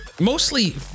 Mostly